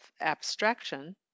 abstraction